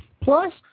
Plus